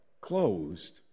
closed